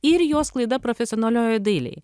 ir jo sklaida profesionolioje dailėje